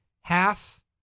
half